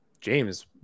James